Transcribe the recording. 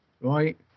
right